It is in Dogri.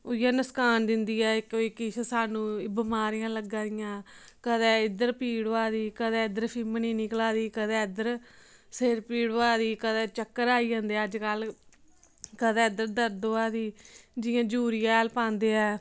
उ'ऐ नसकान दिंदी ऐ कोई किश सानूं बमारियां लग्गा दियां कदें इद्धर पीड़ होआ दी कदें इद्धर फिमनी निकला दी कदें इद्धर कदें सिर पीड़ होआ दी कदें चक्कर आई जंदे अज्ज कल कदें इद्धर दर्द होआ दी जियां यूरिया हैल पांदे ऐ